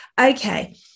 Okay